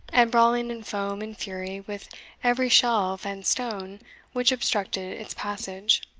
and brawling in foam and fury with every shelve and stone which obstructed its passage.